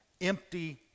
empty